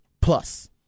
plus